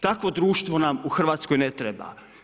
Takvo društvo nam u Hrvatskoj ne treba.